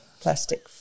plastic